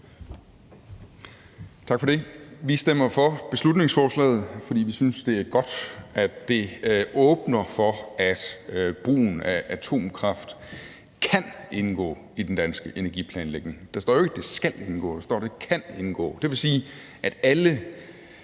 Tak for det. Vi stemmer for beslutningsforslaget, fordi vi synes, det er godt, at det åbner for, at brugen af atomkraft kan indgå i den danske energiplanlægning. Der står jo ikke, at det skal indgå, der står, at det kan indgå.